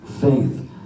faith